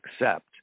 accept